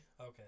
Okay